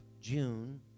June